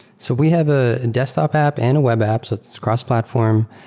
so we have a desktop app and a web apps. it's cross-platform.